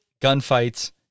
gunfights